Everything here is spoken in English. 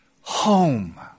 home